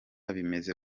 bimaze